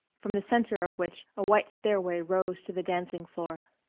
from the centre of which a white stairway rose to the dancing floor.